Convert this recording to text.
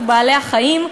בעלי-החיים.